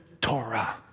Torah